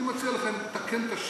אני מציע לכם לתקן את השיטה.